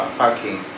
parking